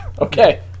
Okay